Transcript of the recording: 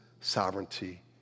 sovereignty